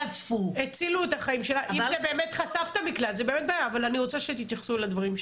אני חושב שאל תתייחסו להודעת דוברות,